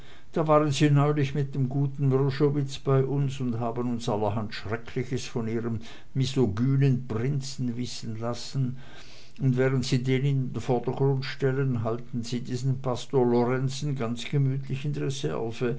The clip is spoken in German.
da waren sie neulich mit dem guten wrschowitz bei uns und haben uns allerhand schreckliches von ihrem misogynen prinzen wissen lassen und während sie den in den vordergrund stellen halten sie diesen pastor lorenzen ganz gemütlich in